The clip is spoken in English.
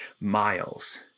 miles